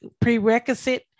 Prerequisite